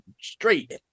straight